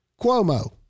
Cuomo